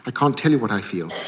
i can't tell you what i feel.